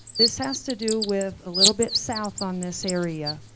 this has to do with a little bit south on this area.